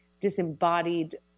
disembodied